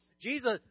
Jesus